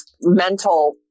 mental